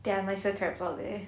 there are nicer crabs out there